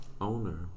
Owner